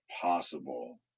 possible